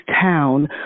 town